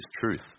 truth